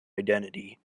identity